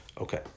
Okay